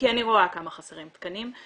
כי אני רואה כמה חסרים תקנים.